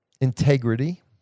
integrity